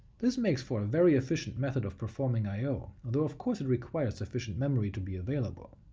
this makes for a very efficient method of performing i o, although of course it requires sufficient memory to be available.